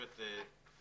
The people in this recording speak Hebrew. להרחיב